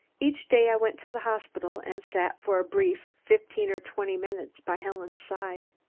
each day i went to the hospital and sat for a brief fifteen or twenty minutes by helen's side.